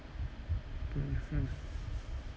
mmhmm